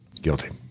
Guilty